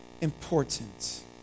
important